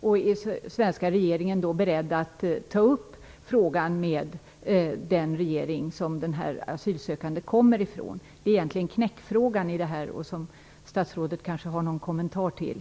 Är den svenska regeringen beredd att ta upp frågan med regeringen i det land som den asylsökande kommer från? Det är egentligen knäckfrågan, som statsrådet kanske har någon kommentar till.